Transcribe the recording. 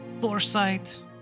foresight